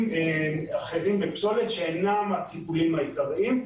אחרים בפסולת שאינם הטיפולים העיקריים,